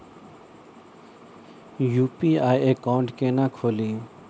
UPI account केना खोलि?